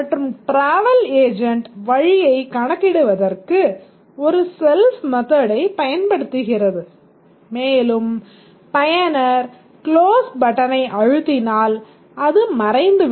மற்றும் travel agent வழியைக் கணக்கிடுவதற்கு ஒரு செல்ஃப் மெத்தடை பயன்படுத்துகிறது மேலும் பயனர் க்ளோஸ் பட்டனை அழுத்தினால் அது மறைந்துவிடும்